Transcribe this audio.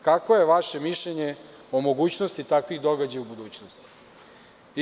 Kakvo je vaše mišljenje o mogućnosti takvih događaja u budućnosti?